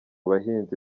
bahinzi